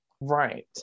Right